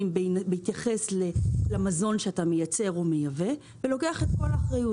בהתייחס למזון שאתה מייצר או מייבא ולוקח את כל האחריות.